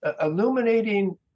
illuminating